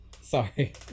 Sorry